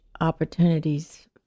opportunities